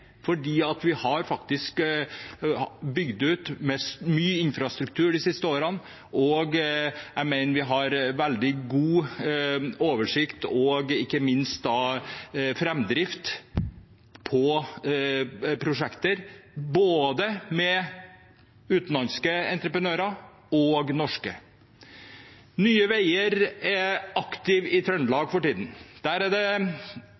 bygd ut mye infrastruktur de siste årene. Jeg mener vi har veldig god oversikt og framdrift på prosjekter både med utenlandske entreprenører og med norske. Nye Veier er aktive i Trøndelag for tiden. Der er det